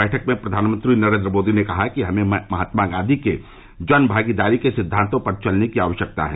बैठक में प्रधानमंत्री नरेन्द्र मोदी ने कहा कि हमें महात्मा गांधी के जन भागीदारी के सिद्वांतों पर चलने की आवश्यकता है